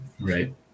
right